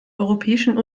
europäischen